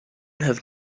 have